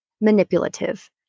manipulative